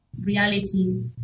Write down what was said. reality